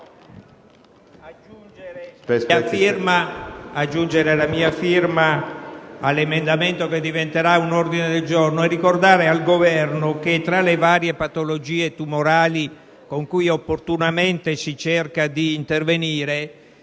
aggiungere la mia firma all'emendamento 5.8, che diventerà un ordine del giorno, e ricordo al Governo che tra le varie patologie tumorali sulle quali, opportunamente, si cerca di intervenire,